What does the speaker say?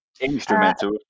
Instrumental